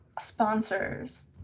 sponsors